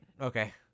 Okay